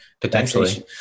potentially